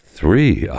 three